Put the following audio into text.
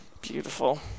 beautiful